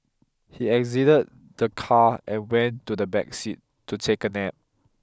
he exited the car and went to the back seat to take a nap